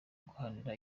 guharanira